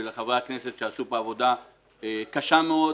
ולחברי הכנסת שעשו פה עבודה קשה מאוד